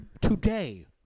today